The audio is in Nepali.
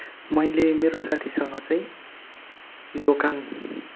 मैले मेरो साथीसँग चाहिँ दोकान